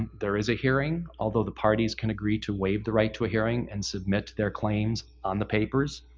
there is a hearing, although the parties can agree to waive the right to a hearing and submit their claims on the papers.